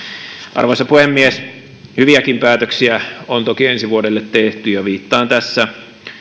arvoisa puhemies hyviäkin päätöksiä on toki ensi vuodelle tehty ja viittaan tässä